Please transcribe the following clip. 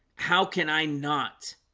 how can i not?